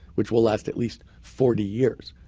which will last at least forty years.